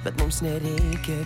bet mums nereikia